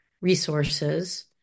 resources